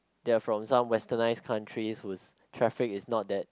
they are from some westernised country whose traffic is not that